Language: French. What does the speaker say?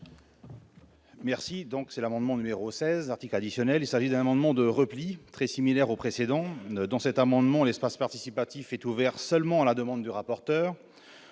Merci donc c'est l'amendement numéro 16 articles additionnels, il s'agit d'un amendement de repli très similaire au précédent dans cet amendement, l'espace participatif est ouvert seulement à la demande du rapporteur,